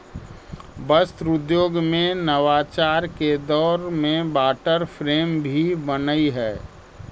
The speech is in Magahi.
वस्त्र उद्योग में नवाचार के दौर में वाटर फ्रेम भी बनऽ हई